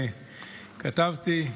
כתבתי,